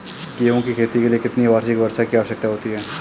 गेहूँ की खेती के लिए कितनी वार्षिक वर्षा की आवश्यकता होती है?